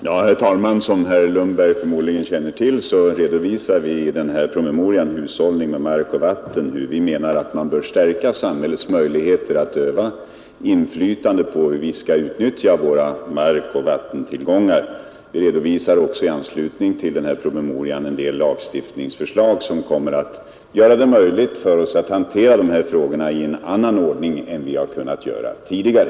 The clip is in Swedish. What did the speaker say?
Herr talman! Som herr Lundberg förmodligen känner till redovisar vi i promemorian Hushållning med mark och vatten, hur vi menar att man bör stärka samhällets möjligheter att öva inflytande på hur vi skall utnyttja våra markoch vattentillgångar. Vi redovisar också i anslutning till den här promemorian en del förslag till lagstiftning som kommer att göra det möjligt för oss att hantera de här frågorna i en annan ordning än vi har kunnat göra tidigare.